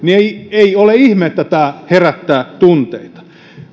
ei ole ihme että tämä herättää tunteita